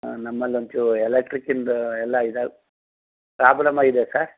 ನಮ್ಮಲ್ಲಿ ಒಂಚೂರು ಎಲೆಕ್ಟ್ರಿಕಿಂದು ಎಲ್ಲ ಇದಾಗಿ ಪ್ರಾಬ್ಲಮ್ ಆಗಿದೆ ಸರ್